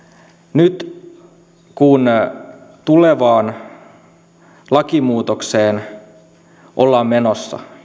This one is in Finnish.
nyt kun tulevaan lakimuutokseen ollaan menossa